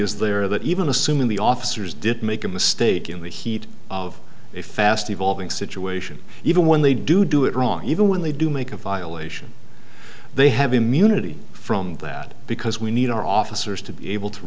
is there that even assuming the officers did make a mistake in the heat of a fast evolving situation even when they do do it wrong even when they do make a violation they have immunity from that because we need our officers to be able to